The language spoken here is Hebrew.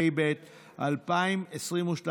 התשפ"ב 2022,